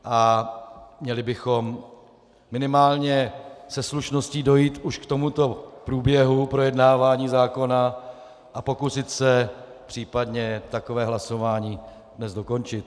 A měli bychom minimálně se slušností dojít už k tomuto průběhu projednávání zákona a pokusit se případně takové hlasování dnes dokončit.